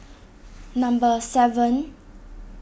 number seven